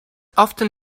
often